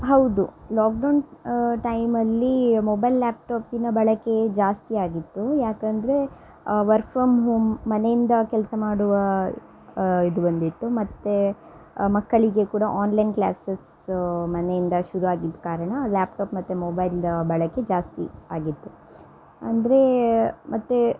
ಹೌದು ಲಾಕ್ಡೌನ್ ಟೈಮಲ್ಲಿ ಮೊಬೈಲ್ ಲ್ಯಾಪ್ಟಾಪಿನ ಬಳಕೆ ಜಾಸ್ತಿ ಆಗಿತ್ತು ಯಾಕಂದರೆ ವರ್ಕ್ ಫ್ರಮ್ ಹೋಮ್ ಮನೆಯಿಂದ ಕೆಲಸ ಮಾಡುವ ಇದು ಬಂದಿತ್ತು ಮತ್ತೆ ಮಕ್ಕಳಿಗೆ ಕೂಡ ಆನ್ಲೈನ್ ಕ್ಲಾಸಸ್ ಮನೆಯಿಂದ ಶುರುವಾಗಿದ್ದ ಕಾರಣ ಲ್ಯಾಪ್ಟಾಪ್ ಮತ್ತು ಮೊಬೈಲ್ ಬಳಕೆ ಜಾಸ್ತಿ ಆಗಿತ್ತು ಅಂದರೆ ಮತ್ತೆ